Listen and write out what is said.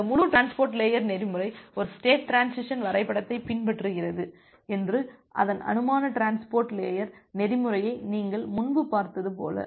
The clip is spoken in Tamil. இந்த முழு டிரான்ஸ்போர்ட் லேயர் நெறிமுறை ஒரு ஸ்டேட் டிரான்சிசன் வரைபடத்தைப் பின்பற்றுகிறது என்று அந்த அனுமான டிரான்ஸ்போர்ட் லேயர் நெறிமுறையை நீங்கள் முன்பு பார்த்தது போல